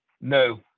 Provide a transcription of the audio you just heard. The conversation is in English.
No